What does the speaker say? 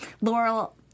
Laurel